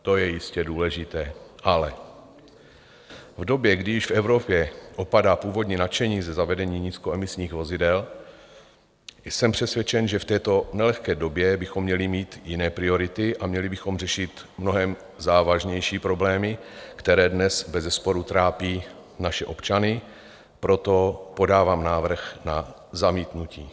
To je jistě důležité, ale v době, kdy již v Evropě opadá původní nadšení ze zavedení nízkoemisních vozidel, jsem přesvědčen, že v této nelehké době bychom měli mít jiné priority a měli bychom řešit mnohem závažnější problémy, které dnes bezesporu trápí naše občany, proto podávám návrh na zamítnutí.